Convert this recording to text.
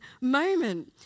moment